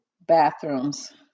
bathrooms